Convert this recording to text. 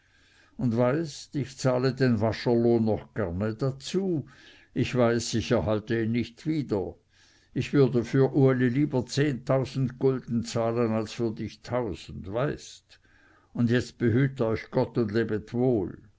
und weißt ich zahle den wascherlohn noch dazu gerne ich weiß ich erhalte ihn wieder ich würde für uli lieber zehntausend gulden zahlen als für dich tausend weißt und jetzt behüt euch gott und lebet wohl